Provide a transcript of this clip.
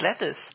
letters